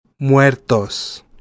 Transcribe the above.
Muertos